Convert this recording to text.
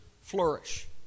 flourish